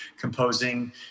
composing